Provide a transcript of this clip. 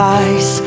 eyes